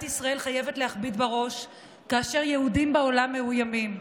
ישראל חייבת להכביד בה ראש כאשר יהודים בעולם מאוימים.